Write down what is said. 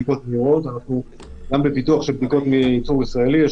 אנחנו גם בפיתוח של בדיקות מייצור ישראלי,